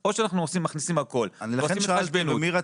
או שאנחנו מכניסים הכול או לא מכניסים